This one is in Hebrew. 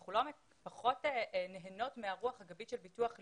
אנחנו פחות נהנות מהרוח הגבית של ביטוח לאומי,